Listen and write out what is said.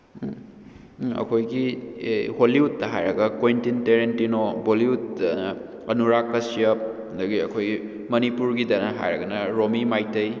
ꯎꯝ ꯑꯩꯈꯣꯏꯒꯤ ꯑꯦ ꯍꯣꯂꯤꯋꯨꯠꯇ ꯍꯥꯏꯔꯒ ꯀꯣꯏꯟꯇꯤꯟ ꯇꯦꯔꯦꯟꯇꯤꯅꯣ ꯕꯣꯂꯤꯋꯨꯠꯇꯅ ꯑꯅꯨꯔꯥꯛ ꯀꯁꯤꯌꯞ ꯑꯗꯨꯗꯒꯤ ꯑꯩꯈꯣꯏꯒꯤ ꯃꯅꯤꯄꯨꯔꯒꯤꯗ ꯍꯥꯏꯔꯒꯅ ꯔꯣꯃꯤ ꯃꯩꯇꯩ